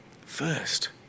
First